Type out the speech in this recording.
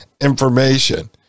information